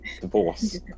divorce